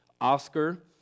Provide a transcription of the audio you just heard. Oscar